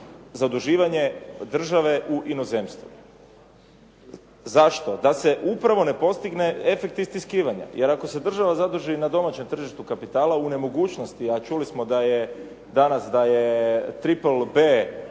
zaduživanje države u inozemstvu. Zašto? Da se upravo ne postigne efekt istiskivanja jer ako se država zadrži na domaćem tržištu kapitala u nemogućnosti a čuli smo danas da je Triple